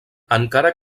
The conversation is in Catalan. encara